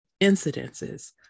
incidences